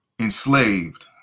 enslaved